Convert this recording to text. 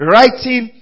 Writing